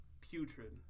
putrid